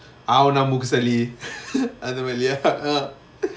ஆவுணா மூக்குசளி:aavunaa mookusali uh அந்தமாரி இல்லயா:anthamaari illaya uh